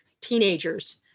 teenagers